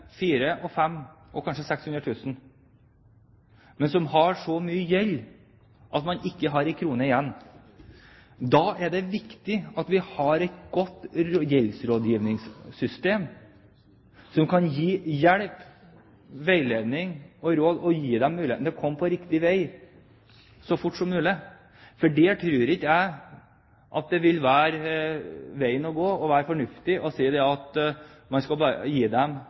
og kanskje 600 000 kr, men som har så mye gjeld at de ikke har en krone igjen. Da er det viktig at vi har et godt gjeldsrådgivningssystem som kan gi hjelp, veiledning og råd, gi dem muligheten til å komme på riktig vei så fort som mulig. For der tror jeg ikke det vil være veien å gå å være fornuftig og si at man skal gi dem